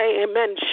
amen